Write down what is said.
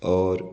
और